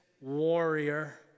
warrior